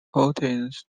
fourteenth